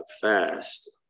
fast